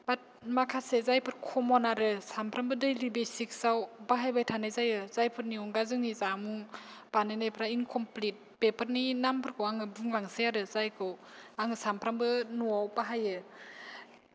बाद माखासे जायफोर खमनआरो सामफ्रामबो दैलिबैसिक्स आव बाहायबाय थानाय जायो जायफोरनि अनगा जोंनि जामुं बानायनायफ्रा इंखमफ्लिइत बेफोरनि नामफोरखौ आङो बुंलांसै आरो जायखौ आं सामफ्रामबो न'आव बाहायो